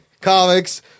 comics